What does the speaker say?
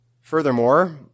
Furthermore